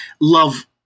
love